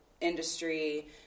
industry